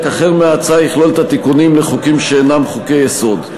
אחר מההצעה יכלול את התיקונים לחוקים שאינם חוקי-יסוד.